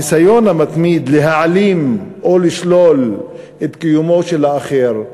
הניסיון המתמיד להעלים או לשלול את קיומו של האחר,